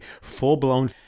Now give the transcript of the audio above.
full-blown